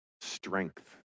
Strength